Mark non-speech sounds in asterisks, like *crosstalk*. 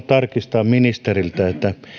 *unintelligible* tarkistaa ministeriltä että